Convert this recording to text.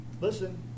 Listen